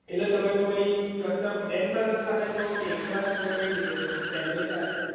એટલે તમે કોઈ કશા ફ્રેન્ડ સર્કલ સાથે છો કે એકલા છો કઈ રીતે છો ફેમલી સાથે